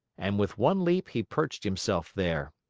and with one leap, he perched himself there.